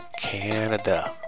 Canada